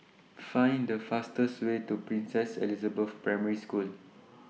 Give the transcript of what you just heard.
Find The fastest Way to Princess Elizabeth Primary School